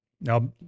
Now